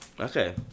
okay